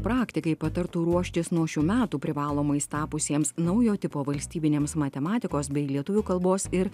praktikai patartų ruoštis nuo šių metų privalomais tapusiems naujo tipo valstybiniems matematikos bei lietuvių kalbos ir